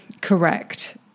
correct